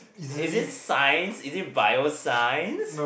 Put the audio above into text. is it Science is it Bioscience